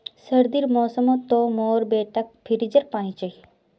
सर्दीर मौसम तो मोर बेटाक फ्रिजेर पानी चाहिए